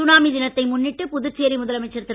tsunami தினத்தை முன்னிட்டு புதுச்சேரி முதலமைச்சர் திரு